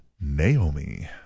Naomi